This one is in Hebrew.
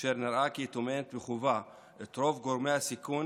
אשר נראה כי טומנת בחובה את רוב גורמי הסיכון